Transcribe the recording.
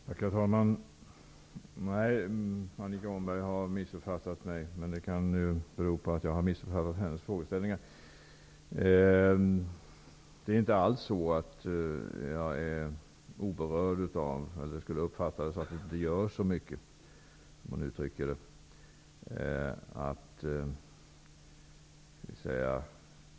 Herr talman! Annika Åhnberg har missuppfattat mig, men det kan bero på att jag har missuppfattat hennes frågeställningar. Det är inte alls så att jag är oberörd eller att det inte görs så mycket.